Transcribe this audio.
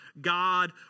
God